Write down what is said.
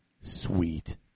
Sweet